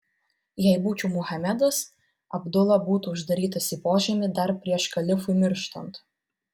jei būčiau muhamedas abdula būtų uždarytas į požemį dar prieš kalifui mirštant